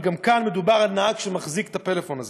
אבל כאן מדובר גם על נהג שמחזיק את הפלאפון הזה,